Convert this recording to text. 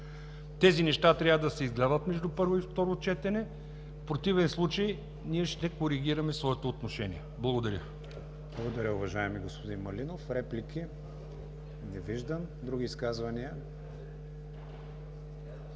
Тези неща трябва да се изгладят между първо и второ четене, в противен случай ние ще коригираме своето отношение. Благодаря. ПРЕДСЕДАТЕЛ КРИСТИАН ВИГЕНИН: Благодаря, уважаеми господин Малинов. Реплики? Не виждам. Други изказвания?